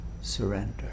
surrender